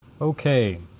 Okay